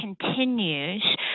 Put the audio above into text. continues